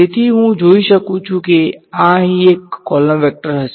તેથી હું જોઈ શકું છું કે આ અહીં એક કૉલમ વેક્ટર હશે